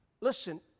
Listen